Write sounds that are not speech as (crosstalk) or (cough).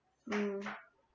mm (noise)